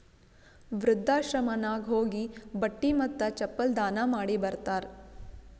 ವೃದ್ಧಾಶ್ರಮನಾಗ್ ಹೋಗಿ ಬಟ್ಟಿ ಮತ್ತ ಚಪ್ಪಲ್ ದಾನ ಮಾಡಿ ಬರ್ತಾರ್